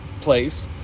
place